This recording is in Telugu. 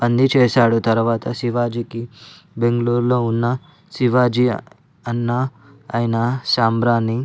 పంది చేశాడు తరువాత శివాజీకి బెంగళూరులో ఉన్న శివాజీ అన్న అయినా శంభాజీ